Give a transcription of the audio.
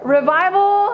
revival